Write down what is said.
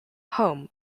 home